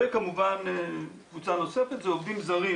וכמובן קבוצה נוספת זה עובדים זרים